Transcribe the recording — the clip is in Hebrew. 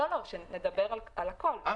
לא, שנדבר על הכול.